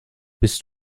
bist